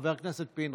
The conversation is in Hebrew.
חבר הכנסת פינדרוס.